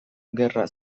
gerra